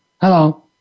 hello